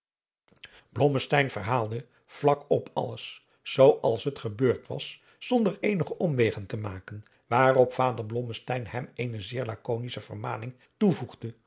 verhaalde vlak op alles zoo als het gebeurd was zonder eenige omwegen te maken waarop vader blommesteyn hem eene zeer lakonische vermaning toevoegde